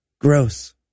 gross